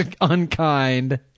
unkind